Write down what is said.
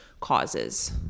causes